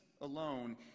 alone